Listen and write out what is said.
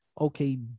okay